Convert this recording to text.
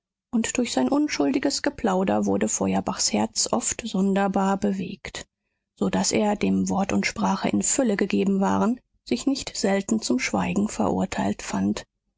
und durch sein unschuldiges geplauder wurde feuerbachs herz oft sonderbar bewegt so daß er dem wort und sprache in fülle gegeben waren sich nicht selten zum schweigen verurteilt fand